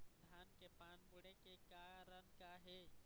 धान के पान मुड़े के कारण का हे?